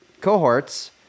cohorts